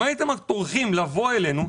אם הייתם טורחים לבוא אלינו,